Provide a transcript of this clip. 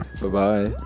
bye-bye